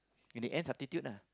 in the end substitute lah